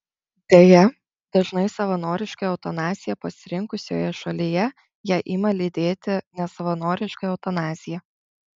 deja dažnai savanorišką eutanaziją pasirinkusioje šalyje ją ima lydėti nesavanoriška eutanazija